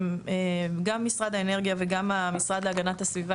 גם משרד האנרגיה וגם המשרד להגנת הסביבה